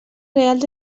reals